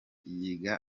yiga